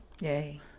Yay